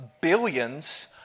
billions